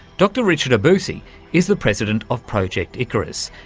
dr richard obousy is the president of project icarus,